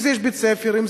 אם בית-ספר,